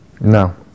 No